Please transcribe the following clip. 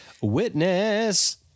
Witness